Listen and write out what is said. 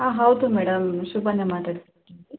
ಹಾಂ ಹೌದು ಮೇಡಮ್ ಶುಭನೆ ಮಾತಾಡ್ತಿರೋದು ಹೇಳಿ